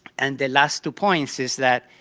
and the last two points is that